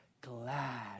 glad